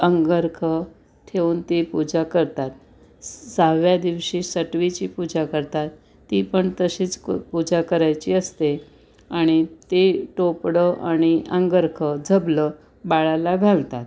अंगरखा ठेऊन ती पूजा करतात सहाव्या दिवशी सटवीची पूजा करतात ती पण तशीच क पूजा करायची असते आणि ते टोपडं आणि अंगरखा झबलं बाळाला घालतात